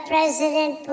President